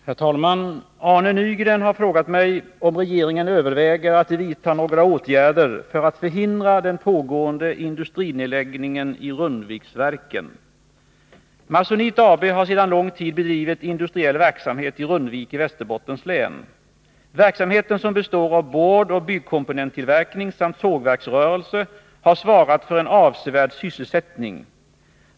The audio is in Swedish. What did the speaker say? Herr talman! Arne Nygren har frågat mig om regeringen överväger att Om verksamheten vidta några åtgärder för att förhindra den pågående industrinedläggningeni vid Masonite AB:s Rundviksverken. Masonite AB har sedan lång tid bedrivit industriell verksamhet i Rundvik och Västerbottens län. Verksamheten, som består av boardoch byggkomponenttillverkning samt sågverksrörelse, har svarat för en avsevärd sysselsättning.